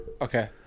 Okay